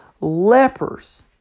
lepers